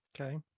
Okay